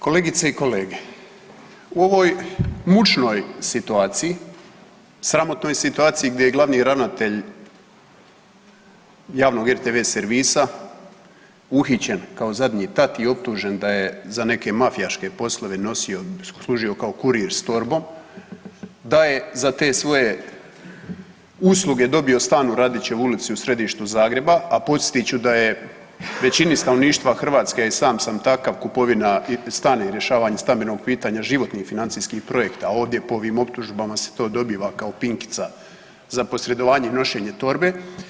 Kolegice i kolege, u ovoj mučnoj situaciji, sramotnoj situaciji gdje je glavni ravnatelj javnog RTV servisa uhićen kao zadnji tat i optužen da je za neke mafijaške poslove nosio, služio kao kurir s torbom, da je za te svoje usluge dobio stan u Radićevoj ulici u središtu Zagreba, a podsjetit ću da je većini stanovništva Hrvatske, i sam sam takav, kupovina stana i rješavanja stambenog pitanja životni financijski projekt a ovdje po ovim optužbama se to dobiva kao pinkica za posredovanje i nošenje torbe.